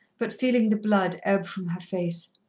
but feeling the blood ebb from her face.